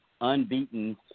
unbeaten